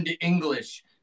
English